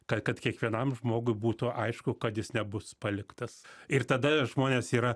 ka kad kiekvienam žmogui būtų aišku kad jis nebus paliktas ir tada žmonės yra